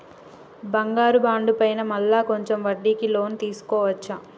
బంగారు బాండు పైన మళ్ళా కొంచెం వడ్డీకి లోన్ తీసుకోవచ్చా?